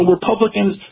Republicans